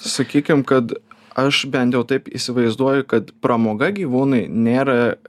sakykim kad aš bent jau taip įsivaizduoju kad pramoga gyvūnui nėra